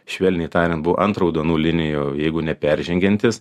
švelniai tariant buvo ant raudonų linijų jeigu neperžengiantys